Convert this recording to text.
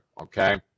Okay